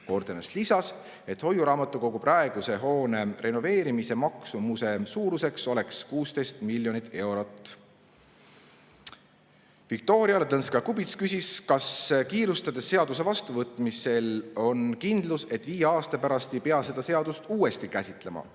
Kordemets lisas, et hoiuraamatukogu praeguse hoone renoveerimise maksumuse suuruseks oleks 16 miljonit eurot. Viktoria Ladõnskaja-Kubits küsis, kas kiirustades seaduse vastuvõtmise korral võib olla kindel, et viie aasta pärast ei pea seda seadust uuesti käsitlema.